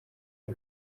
y’u